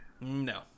No